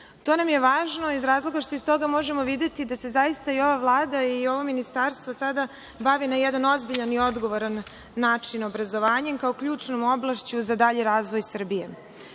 To nam je važno što iz toga možemo videti da se zaista i ova vlada i ovo ministarstvo sada bavi na jedan ozbiljan i odgovoran način obrazovanjem kao ključnom oblašću za dalji razvoj Srbije. Kada